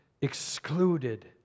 excluded